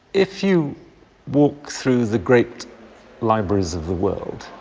if you walk through the great libraries of the world,